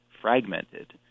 fragmented